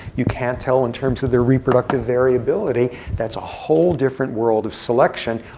you can't tell in terms of their reproductive variability. that's a whole different world of selection.